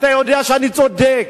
אתה יודע שאני צודק,